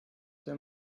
wenn